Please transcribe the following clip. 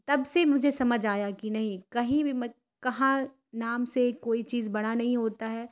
تب سے مجھے سمجھ آیا کہ نہیں کہیں بھی کہاں نام سے کوئی چیز بڑا نہیں ہوتا ہے